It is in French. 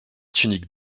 tunique